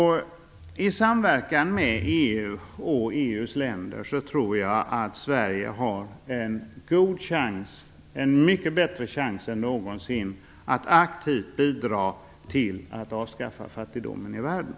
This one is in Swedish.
I samverkan med EU och EU:s länder tror jag att Sverige har en mycket bättre chans än någonsin att aktivt bidra till att avskaffa fattigdomen i världen.